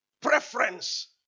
Preference